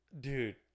Dude